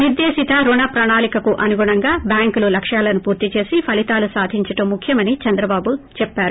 నిర్దేశిత రుణ ప్రణాళికికు అనుగుణంగా బ్యాంకులు లక్ష్యాలను పూర్తి చేసి ఫలీతాలు సాధించడం ముఖ్యమని చంద్రబాబు చెప్పారు